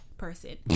Person